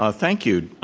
ah thank you,